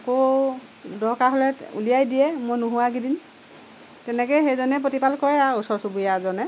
আকৌ দৰকাৰ হ'লে উলিয়াই দিয়ে মই নোহোৱাগিদিন তেনেকেই সেই ধৰণেই প্ৰতিপাল কৰে আৰু ওচৰ চুবুৰীয়াজনে